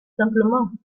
simplement